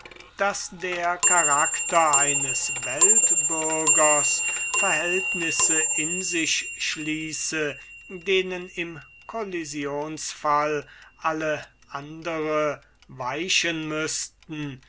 daß der charakter eines weltbürgers verhältnisse in sich schließe denen im collisionsfall alle andere weichen müßten